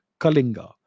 Kalinga